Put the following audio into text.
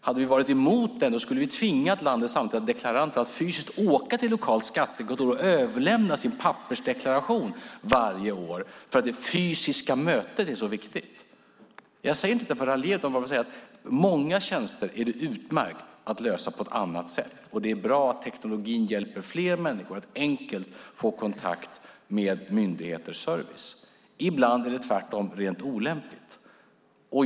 Hade vi varit emot den hade vi tvingat landets samtliga deklaranter att fysiskt åka till ett lokalt skattekontor och överlämna sin pappersdeklaration varje år, för att det fysiska mötet är så viktigt. Jag säger inte detta för att raljera utan för att säga att många tjänster går utmärkt att lösa på ett annat sätt. Det är bra att teknologin hjälper fler människor att enkelt få kontakt med myndigheters service. Ibland är det tvärtom rent olämpligt.